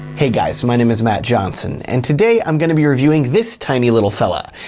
hey guys, my name is matt johnson and today i'm gonna be reviewing this tiny little fella,